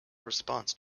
response